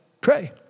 Pray